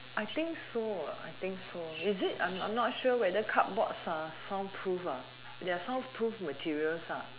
I think so I think so is it I'm I'm not sure whether card boards are sound proof ah they're sound proof materials